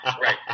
Right